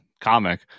comic